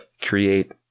Create